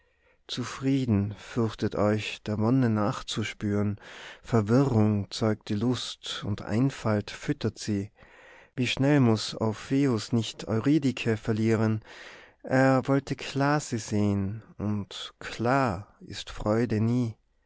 zufrieden fürchtet euch der wonne nachzuspüren verwirrung zeugt die lust und einfalt füttert sie wie schnell muß orpheus nicht euridice verlieren erwollte klar sie sehn und klar ist freude nie